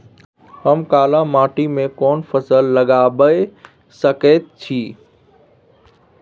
हम काला माटी में कोन फसल लगाबै सकेत छी?